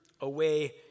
away